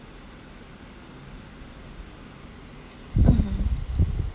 mmhmm